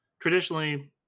Traditionally